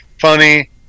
funny